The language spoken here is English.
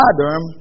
Adam